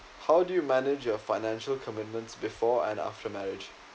how do you manage your financial commitments before and after marriage